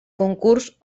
concurs